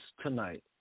tonight